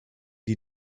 die